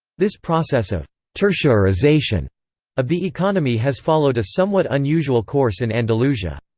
this process of tertiarization of the economy has followed a somewhat unusual course in andalusia.